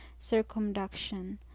circumduction